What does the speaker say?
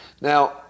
Now